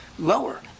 Lower